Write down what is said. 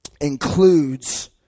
includes